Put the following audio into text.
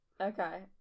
Okay